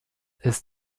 ist